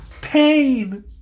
pain